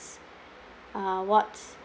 uh wards